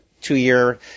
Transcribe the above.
two-year